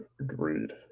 Agreed